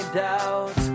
doubts